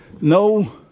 no